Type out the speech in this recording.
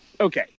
okay